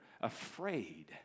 afraid